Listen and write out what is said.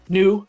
new